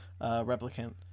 replicant